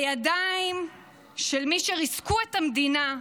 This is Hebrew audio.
הידיים של מי שריסקו את המדינה,